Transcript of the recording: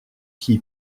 qui